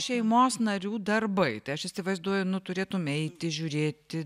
šeimos narių darbai tai aš įsivaizduoju nu turėtum eiti žiūrėti